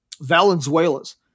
Valenzuela's